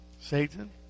Satan